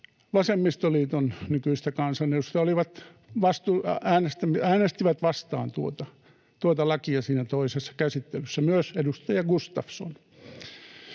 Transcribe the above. vasemmistoliiton nykyistä kansanedustajaa äänesti tuota lakia vastaan siinä toisessa käsittelyssä, myös edustaja Gustafsson.